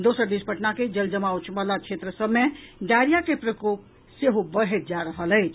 दोसर दिस पटना के जल जमाव वला क्षेत्र सभ मे डायरिया के प्रकोप सेहो बढैत जा रहल अछि